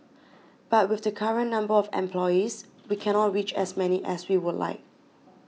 but with the current number of employees we cannot reach as many as we would like